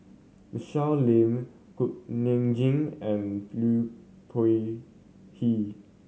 Michelle Lim Cook Nam Jin and Liu